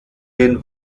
den